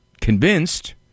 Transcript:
convinced